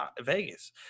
vegas